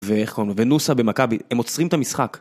ואיך קוראים לו, ונוסה במכבי, הם עוצרים את המשחק